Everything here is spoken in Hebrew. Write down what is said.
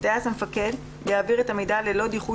הטייס המפקד יעביר את המידע ללא דיחוי